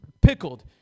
pickled